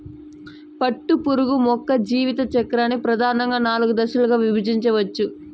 పట్టుపురుగు యొక్క జీవిత చక్రాన్ని ప్రధానంగా నాలుగు దశలుగా విభజించవచ్చు